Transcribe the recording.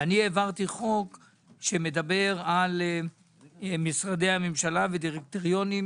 אני העברתי חוק שמדבר על משרדי הממשלה ודירקטוריונים